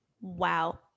Wow